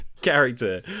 character